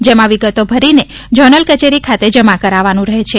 જેમાં વિગતો ભરીને ઝોનલ કચેરી ખાતે જમા કરાવવાનું રહે છે